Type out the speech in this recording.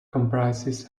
comprises